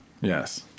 Yes